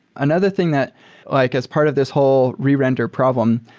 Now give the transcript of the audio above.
another thing that like as part of this whole re-render problem,